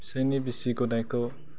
फिसायनि बिसि गदायखौ